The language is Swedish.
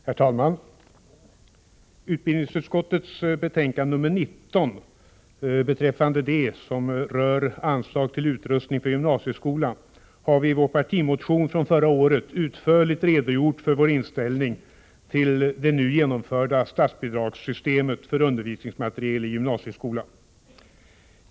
Herr talman! Beträffande utbildningsutskottets betänkande nr 19 om anslag till utrustning för gymnasieskolan har vi i vår partimotion från förra året utförligt redogjort för vår inställning till det nu genomförda statsbidragssystemet för undervisningsmateriel i gymnasieskolan.